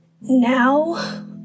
Now